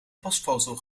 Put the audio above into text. pasfoto